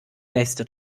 nächste